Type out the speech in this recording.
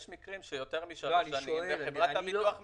יש מקרים של יותר משלוש שנים וחברת הביטוח משלמת.